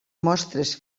mostres